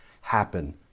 happen